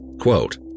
quote